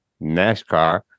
NASCAR